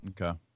Okay